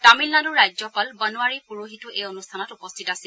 তামিলনাড়ৰ ৰাজ্যপাল বনোৱাৰী পুৰহিতো এই অনুষ্ঠানত উপস্থিত আছিল